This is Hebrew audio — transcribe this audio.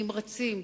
נמרצים,